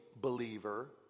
believer